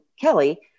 Kelly